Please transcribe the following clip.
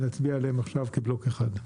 ונצביע עליהם עכשיו כבלוק אחד.